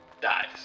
dies